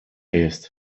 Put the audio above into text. jest